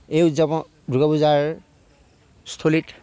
এই উৎযাপন দুৰ্গা পূজাৰ স্থলীত